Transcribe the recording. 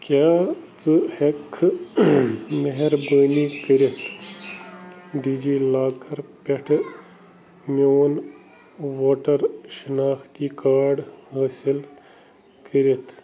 کیٛاہ ژٕ ہیٚکہِ کھا مہربٲنی کٔرتھ ڈی جی لاکر پٮ۪ٹھ میٛون ووٹر شِناختی کارڈ حٲصِل کٔرِتھ